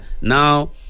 Now